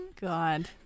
God